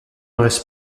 reste